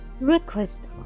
request